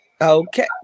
okay